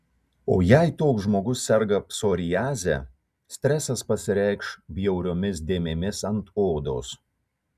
o jei toks žmogus serga psoriaze stresas pasireikš bjauriomis dėmėmis ant odos